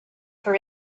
for